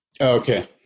Okay